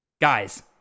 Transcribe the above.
Guys